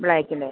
black അല്ലേ